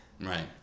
Right